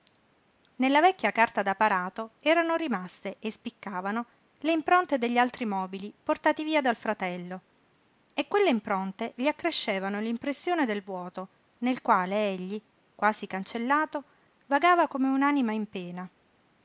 nella vecchia carta da parato erano rimaste e spiccavano le impronte degli altri mobili portati via dal fratello e quelle impronte gli accrescevano l'impressione del vuoto nel quale egli quasi cancellato vagava come un anima in pena